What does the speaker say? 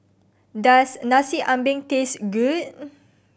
does Nasi Ambeng taste good